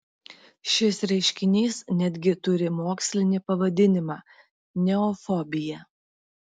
šis reiškinys netgi turi mokslinį pavadinimą neofobija